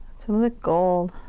some of the gold.